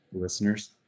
listeners